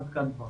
עד כאן דבריי.